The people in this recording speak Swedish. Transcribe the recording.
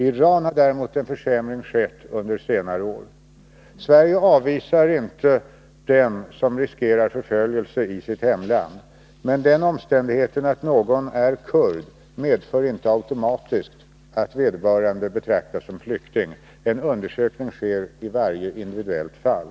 I Iran har däremot en försämring skett under senare år. Sverige avvisar inte den som riskerar förföljelse i sitt hemland. Men den omständigheten att någon är kurd medför inte automatiskt att vederbörande betraktas som flykting. En undersökning sker i varje individuellt fall.